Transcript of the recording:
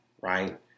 right